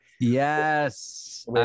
Yes